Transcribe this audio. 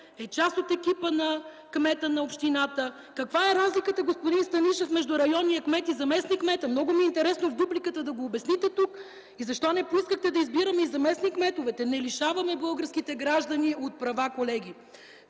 е част от екипа на кмета на общината. Каква е разликата, господин Станишев, между районния кмет и заместник-кмета – много ми е интересно в дупликата да го обясните тук, и защо не поискахте да избираме и заместник-кметовете? Не лишаваме българските граждани от права, колеги.